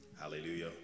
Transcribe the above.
Hallelujah